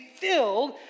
filled